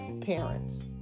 parents